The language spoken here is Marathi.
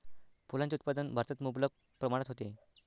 फुलांचे उत्पादन भारतात मुबलक प्रमाणात होते